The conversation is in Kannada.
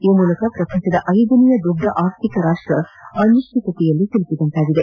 ಈ ಮೂಲಕ ಪ್ರಪಂಚದ ಐದನೇ ದೊಡ್ಡ ಆರ್ಥಿಕ ರಾಷ್ಟ ಅನಿಶ್ಚಿತತೆಯಲ್ಲಿ ಸಿಲುಕಿದಂತಾಗಿದೆ